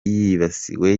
yibasiwe